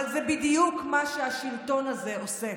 אבל זה בדיוק מה שהשלטון הזה עושה.